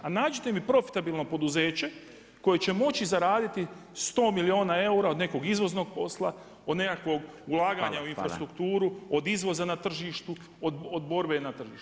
A nađite mi profitabilno poduzeće koje će moći zaraditi 100 milijuna eura od nekog izvoznog posla, od nekakvog ulaganja u infrastrukturu, od izvoza na tržištu, od borbe na tržištu.